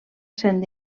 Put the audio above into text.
saint